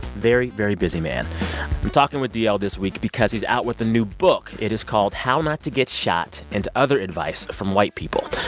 very, very busy man. i'm talking with d l. this week because he's out with a new book. it is called how not to get shot and other advice from white people.